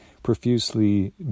profusely